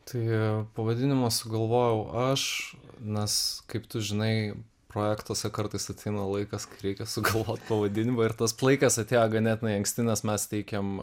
tai pavadinimą sugalvojau aš nes kaip tu žinai projektuose kartais ateina laikas kai reikia sugalvot pavadinimą ir tas laikas atėjo ganėtinai anksti nes mes teikėm